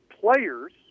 players